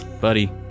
Buddy